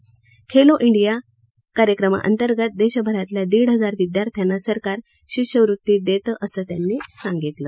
Khelo India India कार्यक्रमाअंतर्गत देशभरातल्या दीड हजार विदयार्थ्यांना सरकार शिष्यवृत्ती देतं असं त्यांनी सांगितलं